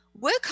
work